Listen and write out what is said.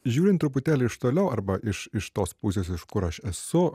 žiūrint truputėlį iš toliau arba iš iš tos pusės iš kur aš esu